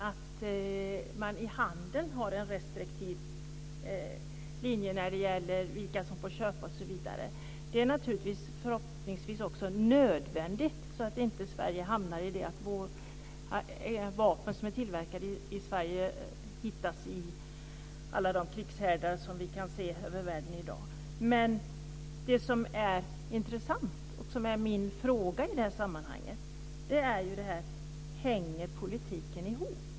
Att man i handeln har en restriktiv linje när det gäller vilka som får köpa osv. är förhoppningsvis också nödvändigt, så att Sverige inte hamnar i ett läge där vapen som är tillverkade i Sverige hittas i alla de krigshärdar som vi kan se i världen i dag. Men det som är intressant och som är min fråga i detta sammanhang är: Hänger politiken ihop?